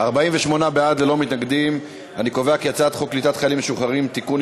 להעביר את הצעת חוק קליטת חיילים משוחררים (תיקון,